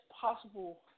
possible